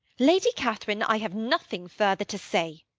lady catherine, i have nothing further to say.